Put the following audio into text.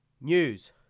News